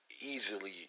easily